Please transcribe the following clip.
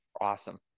Awesome